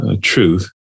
truth